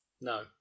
No